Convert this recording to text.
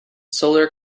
solar